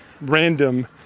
random